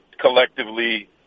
collectively